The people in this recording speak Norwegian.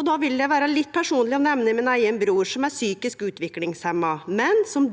Eg vil vere litt personleg og nemne min eigen bror, som er psykisk utviklingshemja, men som